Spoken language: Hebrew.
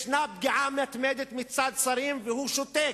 יש פגיעה מתמדת מצד שרים והוא שותק.